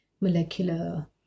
molecular